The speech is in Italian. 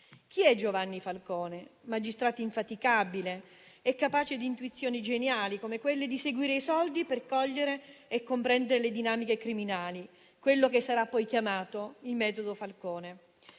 Chi è Giovanni Falcone? Magistrato infaticabile e capace di intuizioni geniali, come quella di seguire i soldi per cogliere e comprendere le dinamiche criminali, quello che sarà poi chiamato il "metodo Falcone".